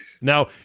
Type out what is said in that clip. Now